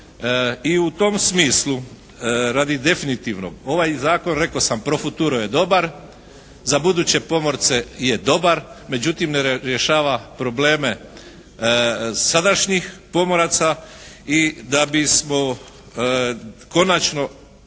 I u tom smislu radi definitivnog, ovaj zakon rekao sam pro futuro je dobar. Za buduće pomorce je dobar. Međutim, rješava probleme sadašnjih pomoraca da bismo konačno